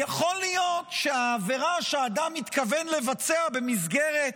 יכול להיות שהעבירה שאדם התכוון לבצע במסגרת